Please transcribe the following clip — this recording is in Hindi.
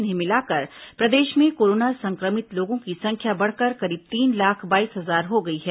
इन्हें मिलाकर प्रदेश में कोरोना संक्रमित लोगों की संख्या बढ़कर करीब तीन लाख बाईस हजार हो गई है